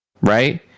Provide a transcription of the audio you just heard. right